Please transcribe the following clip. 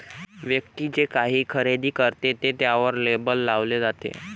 व्यक्ती जे काही खरेदी करते ते त्यावर लेबल लावले जाते